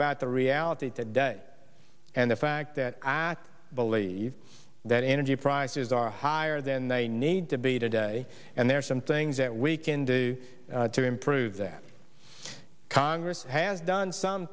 about the reality today and the fact that i believe that energy prices are higher than they need to be today and there are some things that we can do to improve that congress has done some